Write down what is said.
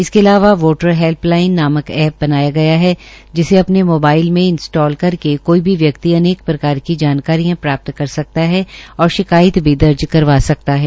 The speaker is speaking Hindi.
इसके अलावा वोटर हेल्पलाइन नामक एप बनाया गया है जिसे अपने मोबाइल में इंस्टॉल करके कोई भी व्यक्ति अनेक प्रकार की जानकारियां प्राप्त कर सकता है और शिकायत भी दर्ज करवा सकता है